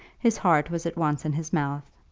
his heart was at once in his mouth,